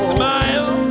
Smile